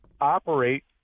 operate